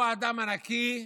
הוא האדם הנקי,